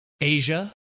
Asia